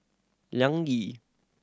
Liang Yi